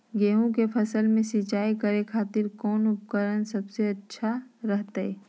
गेहूं के फसल में सिंचाई करे खातिर कौन उपकरण सबसे अच्छा रहतय?